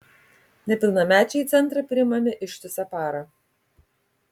nepilnamečiai į centrą priimami ištisą parą